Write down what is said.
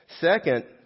Second